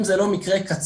אם זה לא מיקרה קיצון,